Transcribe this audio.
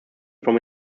from